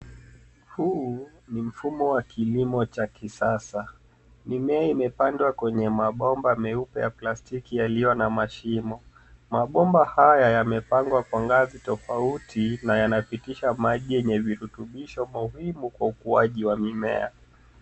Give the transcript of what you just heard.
Huu ni mfumo wa kilimo cha kisasa. Mimea imepandwa kwenye mabomba meupe ya plastiki yaliyo na mashimo. Mabomba haya yamepangwa kwa ngazi tofauti na yanapitisha maji yenye virutubisho muhimu kwa ukuaji wa mimea.